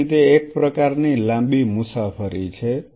તેથી તે એક પ્રકારની લાંબી મુસાફરી છે